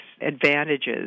advantages